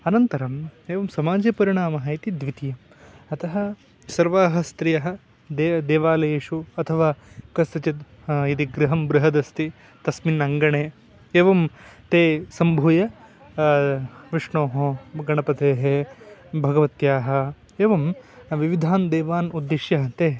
अनन्तरम् एवं समाजे परिणामः इति द्वितीयम् अतः सर्वाः स्त्रियः देव देवालयेषु अथवा कस्यचिद् यदि गृहं बृहदस्ति तस्मिन् अङ्गणे एवं ते सम्भूय विष्णोः गणपतेः भगवत्याः एवं विविधान् देवान् उद्दिश्य ते